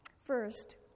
First